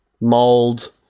mold